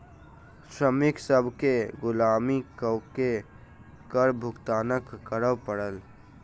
श्रमिक सभ केँ गुलामी कअ के कर भुगतान करअ पड़ल